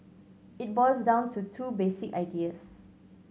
it boils down to two basic ideas